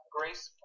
Grace